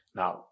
now